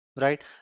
right